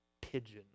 pigeon